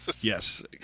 yes